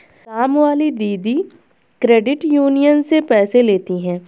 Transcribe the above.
कामवाली दीदी credit union से पैसे लेती हैं